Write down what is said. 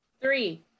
Three